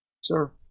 sir